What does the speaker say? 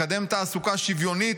לקדם תעסוקה שוויונית,